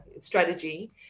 strategy